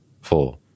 four